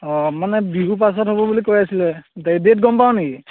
অঁ মানে বিহু পাছত হ'ব বুলি কৈ আছিলে ডে ডেট গম পাৱ নেকি